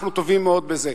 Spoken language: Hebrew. אנחנו טובים מאוד בזה.